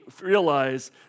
realize